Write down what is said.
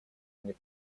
мне